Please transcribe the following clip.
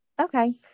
Okay